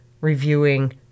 reviewing